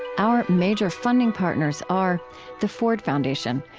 and our major funding partners are the ford foundation,